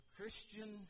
Christian